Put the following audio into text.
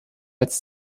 als